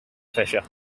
fisher